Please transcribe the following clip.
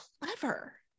clever